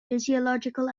physiological